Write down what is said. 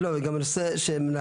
גם בצד שלנו